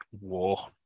war